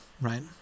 Right